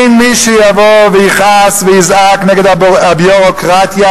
אין מי שיבוא ויכעס ויזעק נגד הביורוקרטיה